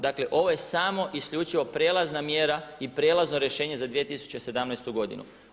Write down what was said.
Dakle, ovo je samo isključivo prijelazna mjera i prijelazno rješenje za 2017. godinu.